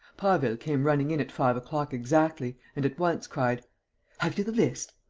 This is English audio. prasville came running in at five o'clock exactly and, at once, cried have you the list?